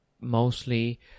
mostly